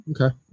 Okay